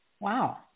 Wow